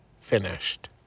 finished